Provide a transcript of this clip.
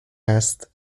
است